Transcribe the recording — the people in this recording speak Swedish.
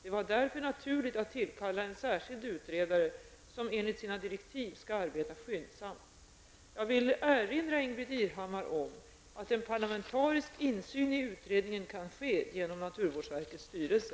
Det var därför naturligt att tillkalla en särskild utredare som enligt sina direktiv skall arbeta skyndsamt. Jag vill erinra Ingbritt Irhammar om att en parlamentarisk insyn i utredningen kan ske genom naturvårdsverkets styrelse.